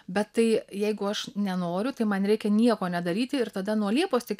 bet tai jeigu aš nenoriu tai man reikia nieko nedaryti ir tada nuo liepos tik